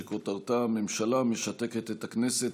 שכותרתה: ממשלה המשתקת את הכנסת,